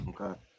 Okay